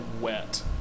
wet